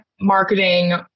marketing